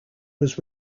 was